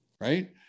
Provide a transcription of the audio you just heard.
right